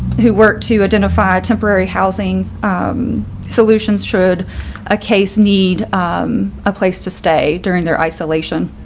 who work to identify temporary housing solutions should a case need a place to stay during their isolation.